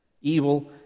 evil